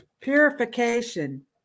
Purification